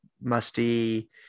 musty